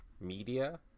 media